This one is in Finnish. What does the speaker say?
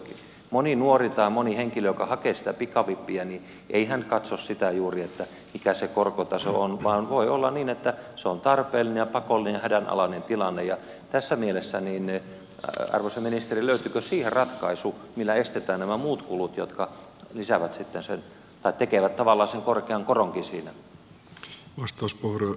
moni nuori tai moni henkilö joka hakee sitä pikavippiä ei katso juuri sitä mikä se korkotaso on vaan voi olla niin että se on tarpeellinen ja pakollinen hädänalainen tilanne ja tässä mielessä arvoisa ministeri löytyykö siihen ratkaisu millä estetään nämä muut kulut jotka tekevät tavallaan sen korkean koronkin siinä